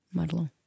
Marlon